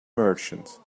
merchant